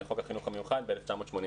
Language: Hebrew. חוק החינוך המיוחד מ-1988.